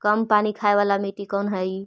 कम पानी खाय वाला मिट्टी कौन हइ?